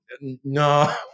No